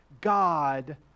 God